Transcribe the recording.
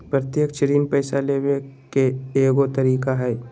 प्रत्यक्ष ऋण पैसा लेबे के एगो तरीका हइ